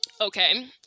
Okay